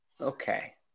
Okay